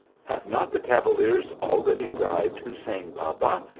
have not the cavaliers al ready bribed hussein baba,